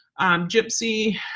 Gypsy